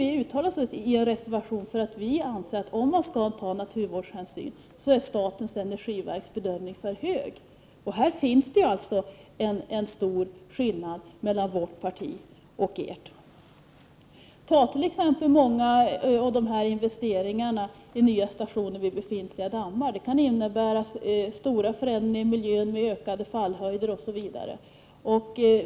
Vi har i en reservation uttalat att vi anser att om man skall ta naturvårdshänsyn är statens energiverks bedömning för hög. Här finns det en stor skillnad mellan vårt parti och ert parti. Ta t.ex. många av investeringarna i nya stationer vid befintliga dammar! Det kan innebära stora förändringar i miljön med ökade fallhöjder osv.